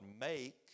Make